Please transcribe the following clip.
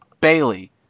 Bailey